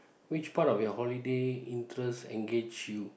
which part of your holiday interest engage you